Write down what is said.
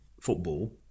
football